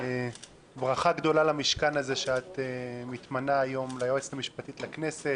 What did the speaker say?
ברכה גדולה למשכן הזה שאת מתמנה היום ליועצת המשפטית לכנסת.